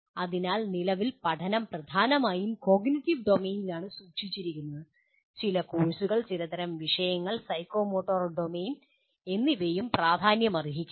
അതിനാൽ നിലവിൽ പഠനം പ്രധാനമായും കോഗ്നിറ്റീവ് ഡൊമെയ്നിലാണ് സൂക്ഷിച്ചിരിക്കുന്നത് ചില കോഴ്സുകൾ ചിലതരം വിഷയങ്ങൾ സൈക്കോമോട്ടോർ ഡൊമെയ്ൻ എന്നിവയും പ്രാധാന്യമർഹിക്കുന്നു